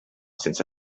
sense